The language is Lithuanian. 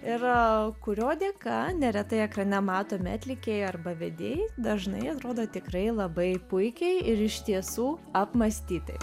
ir kurio dėka neretai ekrane matomi atlikėjai arba vedėjai dažnai atrodo tikrai labai puikiai ir iš tiesų apmąstytai